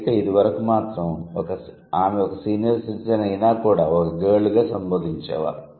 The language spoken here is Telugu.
అయితే ఇది వరకు మాత్రo ఆమె ఒక సీనియర్ సిటిజన్ అయినా కూడా ఒక గర్ల్ గా సంబోధించేవారు